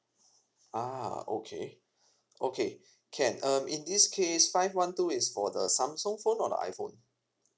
ah okay okay can um in this case five one two is for the samsung phone or the iphone